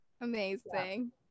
Amazing